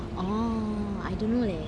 orh I dont't know leh